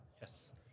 Yes